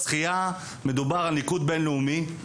בשחייה מדובר על ניקוד בין-לאומי,